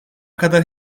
kadar